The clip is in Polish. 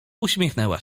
uśmiechnęła